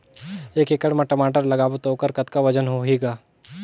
एक एकड़ म टमाटर लगाबो तो ओकर कतका वजन होही ग?